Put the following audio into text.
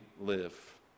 live